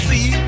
See